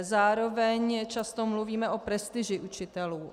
Zároveň často mluvíme o prestiži učitelů.